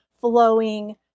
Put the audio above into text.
flowing